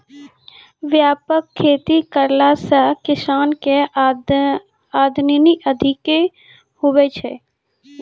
व्यापक खेती करला से किसान के आमदनी अधिक हुवै छै